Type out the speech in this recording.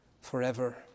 forever